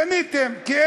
קניתם, כן.